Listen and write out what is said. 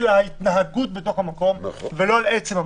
ההתנהגות בתוך המקום ולא לעצם המקום.